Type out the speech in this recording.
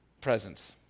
presence